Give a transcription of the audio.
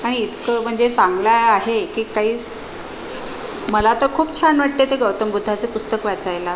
आणि इतकं म्हणजे चांगलं आहे की काहीच मला तर खूप छान वाटते ते गौतम बुद्धाचे पुस्तक वाचायला